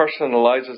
personalizes